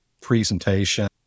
presentation